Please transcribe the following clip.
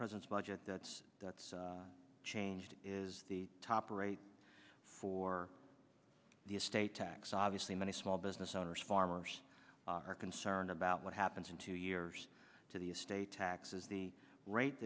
president's budget that's changed is the top rate for the estate tax obviously many small business owners farmers are concerned about what happens in two years to the estate tax is the rate